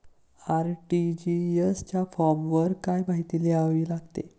RTGS च्या फॉर्मवर काय काय माहिती लिहावी लागते?